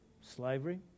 slavery